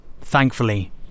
Thankfully